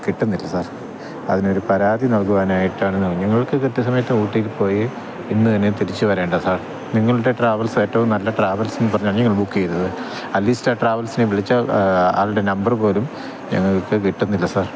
കിട്ടുന്നില്ല സാര് അതിനൊരു പരാതി നല്കുവാനായിട്ടാണ് ഞാൻ ഞങ്ങള്ക്ക് കൃത്യസമയത്ത് ഊട്ടിക്ക് പോയി ഇന്നു തന്നെ തിരിച്ചു വരേണ്ട സാര് നിങ്ങളുടെ ട്രാവല്സ് ഏറ്റോം നല്ല ട്രാവല്സുന്ന് പറഞ്ഞാണ് ഞങ്ങള് ബുക്ക് ചെയ്തത് അല്ലീസ്റ്റാ ട്രാവല്സിനെ വിളിച്ച ആളുടെ നമ്പറ് പോലും ഇപ്പോൾ കിട്ടുന്നില്ല സാര്